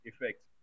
effect